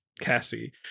Cassie